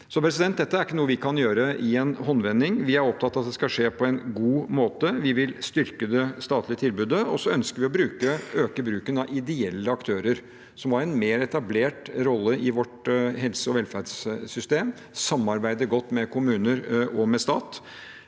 Dette er ikke noe vi kan gjøre i en håndvending. Vi er opptatt av at det skal skje på en god måte. Vi vil styrke det statlige tilbudet, og så ønsker vi å øke bruken av ideelle aktører, som har en mer etablert rolle i vårt helse- og velferdssystem og samarbeider godt med kommuner og stat.